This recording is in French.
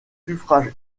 suffrage